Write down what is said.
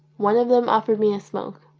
one of them offered me a smoke.